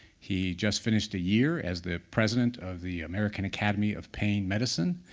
he just finished a year as the president of the american academy of pain medicine,